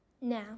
Now